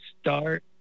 start